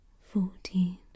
fourteen